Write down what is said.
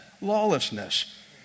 lawlessness